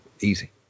easy